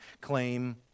claim